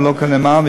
ולא כנאמן,